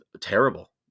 terrible